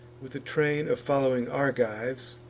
with a train of following argives,